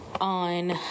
on